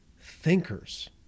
thinkers